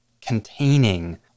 containing